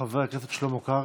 חבר הכנסת שלמה קרעי,